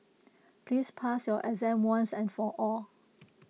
please pass your exam once and for all